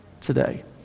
today